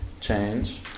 change